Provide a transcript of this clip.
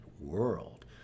world